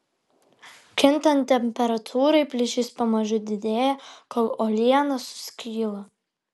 kintant temperatūrai plyšys pamažu didėja kol uoliena suskyla